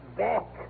back